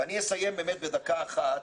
אסיים בדקה אחת,